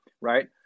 right